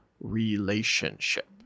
relationship